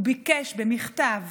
הוא ביקש במכתב